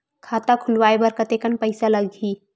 खाता खुलवाय बर कतेकन पईसा लगही?